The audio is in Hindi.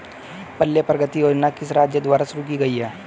पल्ले प्रगति योजना किस राज्य द्वारा शुरू की गई है?